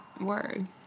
Word